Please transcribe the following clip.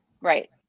Right